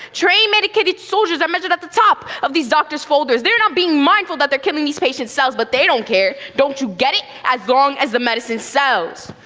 train medicated soldiers i mentioned at the top of these doctor's folders. they're not being mindful that they're killing these patient's selves but they don't care. don't you get it? as long as the medicine sells.